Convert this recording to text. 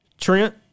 Trent